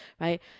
right